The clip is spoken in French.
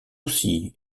aussi